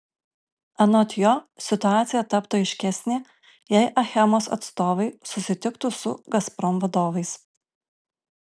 anot jo situacija taptų aiškesnė jei achemos atstovai susitiktų su gazprom vadovais